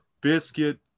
Biscuit